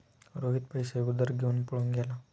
रोहित पैसे उधार घेऊन पळून गेला